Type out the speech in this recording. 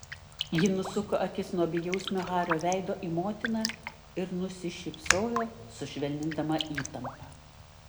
ji nusuko akis nuo bejausmio hario veido į motiną ir nusišypsojo sušvelnindama įtampą